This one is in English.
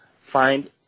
find